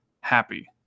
happy